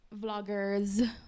vloggers